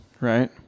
right